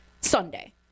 Sunday